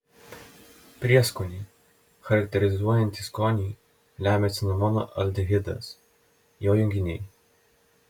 prieskonį charakterizuojantį skonį lemia cinamono aldehidas jo junginiai